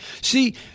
See